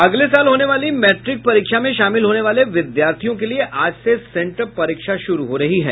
अगले साल होने वाली मैट्रिक परीक्षा में शामिल होने वाले विद्यार्थियों के लिए आज से सेंटअप परीक्षा शुरू हो रही है